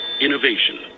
Innovation